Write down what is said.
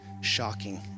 shocking